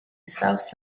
south